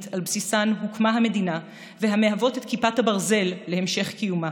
שעל בסיסן הוקמה המדינה והמהוות את כיפת הברזל להמשך קיומה.